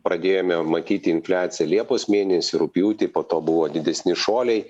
pradėjome matyti infliaciją liepos mėnesį rugpjūtį po to buvo didesni šuoliai